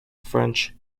french